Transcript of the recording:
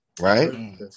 right